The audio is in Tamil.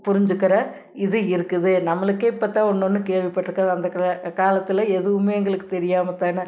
புரிஞ்சிக்கிற இது இருக்குது நம்மளுக்கே இப்போதான் ஒன்று ஒன்று கேள்விப்பட்டுருக்குறேன் அந்த க காலத்தில் எதுவுமே எங்களுக்கு தெரியாமல் தானே